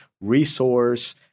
resource